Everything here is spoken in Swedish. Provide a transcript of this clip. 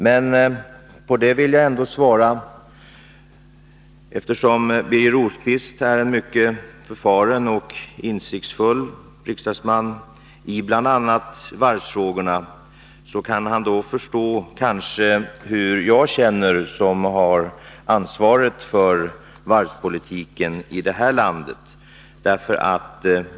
Men på detta vill jag ändå svara, att eftersom Birger Rosqvist är en mycket förfaren och insiktsfull riksdagsman i bl.a. varvsfrågorna, kan han kanske förstå hur jag känner det, som har ansvaret för varvspolitiken i landet.